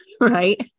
right